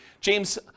James